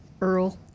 Earl